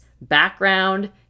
background